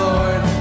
Lord